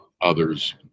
others